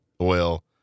oil